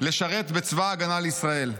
לשרת בצבא ההגנה לישראל.